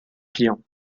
client